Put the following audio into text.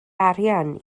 arian